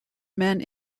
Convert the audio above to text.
men